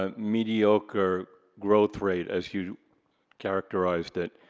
um mediocre growth rate, as you characterized it,